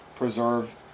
preserve